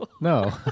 No